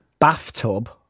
Bathtub